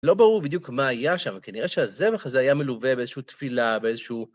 לא ברור בדיוק מה היה שם, וכנראה שהזבח הזה היה מלווה באיזושהי תפילה, באיזשהו...